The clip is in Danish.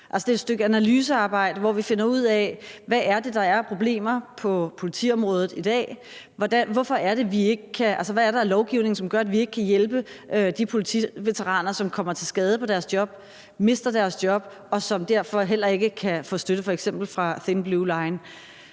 Det er et stykke analysearbejde, hvor vi finder ud af, hvad det er, der er af problemer på politiområdet i dag. Hvad er der af lovgivning, som gør, at vi ikke kan hjælpe de politiveteraner, som kommer til skade på deres job, mister deres job, og som derfor heller ikke kan få støtte fra f.eks. Thin Blue Line?